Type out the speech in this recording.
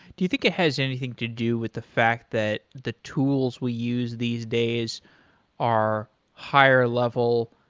do you think it has anything to do with the fact that the tools we use these days are higher-level,